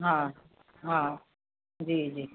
हा हा जी जी